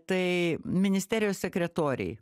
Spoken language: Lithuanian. tai ministerijos sekretoriai